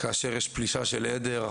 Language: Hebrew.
כאשר יש פלישה של עדר,